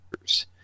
years